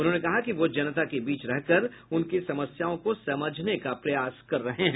उन्होंने कहा कि वह जनता के बीच रहकर उनकी समस्याओं को समझने का प्रयास कर रहे हैं